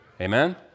Amen